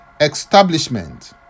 establishment